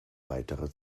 weitere